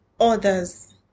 Others